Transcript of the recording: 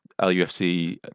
LUFC